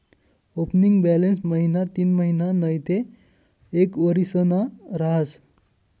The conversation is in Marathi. ओपनिंग बॅलन्स महिना तीनमहिना नैते एक वरीसना रहास